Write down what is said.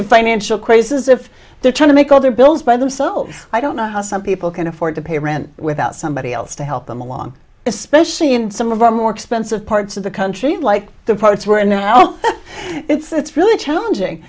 to financial crazes if they're trying to make all their bills by themselves i don't know how some people can afford to pay rent without somebody else to help them along especially in some of our more expensive parts of the country like the parts we're in now it's really challenging